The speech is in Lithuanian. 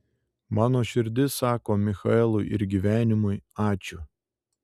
mano širdis sako michaelui ir gyvenimui ačiū